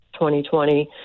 2020